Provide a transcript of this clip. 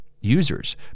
users